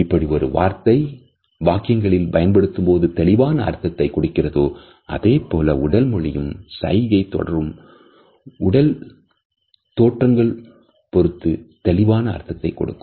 இப்படி ஒரு வார்த்தை வாக்கியங்களில் பயன்படுத்தும்போது தெளிவான அர்த்தத்தை கொடுக்கிறதோ அதேபோல் உடல் மொழியும் சைகை தொடரும் உடல் தோற்றங்கள் பொருத்து தெளிவான அர்த்தத்தை கொடுக்கும்